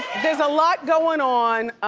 a lot going on